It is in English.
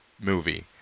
movie